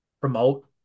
promote